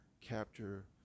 capture